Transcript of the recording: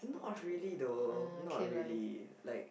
not really though not really like